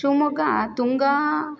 Shivamogga Tunga